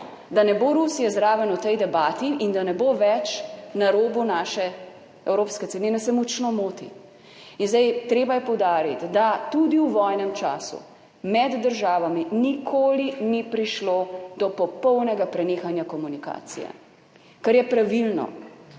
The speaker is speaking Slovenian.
da ne bo Rusije zraven v tej debati in da ne bo več na robu naše evropske celine, se močno moti. In zdaj, treba je poudariti, da tudi v vojnem času med državami nikoli ni prišlo do popolnega prenehanja komunikacije, kar je pravilno.